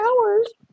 hours